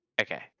Okay